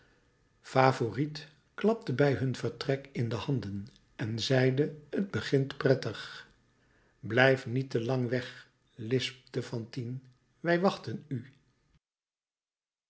favourite klapte bij hun vertrek in de handen en zeide t begint prettig blijft niet te lang weg lispte fantine wij wachten u